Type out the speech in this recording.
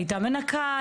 הייתה מנקה,